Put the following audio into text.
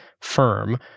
firm